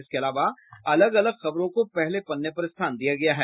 इसके अलावा अलग अलग खबरों को पहले पन्ने पर स्थान दिया गया है